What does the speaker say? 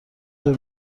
ظهر